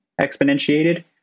exponentiated